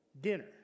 dinner